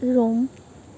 Rome